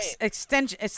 extension